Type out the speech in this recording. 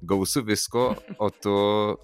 gausu visko o tu